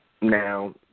Now